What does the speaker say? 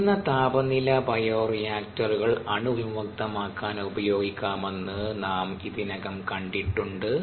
ഉയർന്ന താപനില ബയോറിയാക്ടറുകൾ അണുവിമുക്തമാക്കാൻ ഉപയോഗിക്കാമെന്ന് നാം ഇതിനകം കണ്ടിട്ടുണ്ട്